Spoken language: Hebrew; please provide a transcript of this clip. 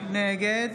נגד